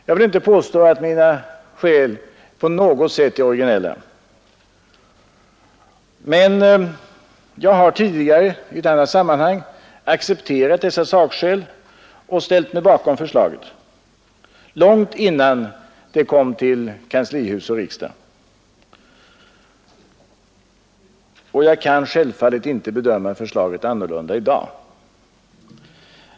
Jag vill inte påstå att mina skäl på något sätt är originella, men jag har tidigare i ett annat sammanhang accepterat dessa sakskäl och ställt mig bakom förslaget, långt innan det kom till kanslihuset och riksdagen, och jag kan självfallet inte bedöma förslaget annorlunda i dag.